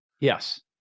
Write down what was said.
Yes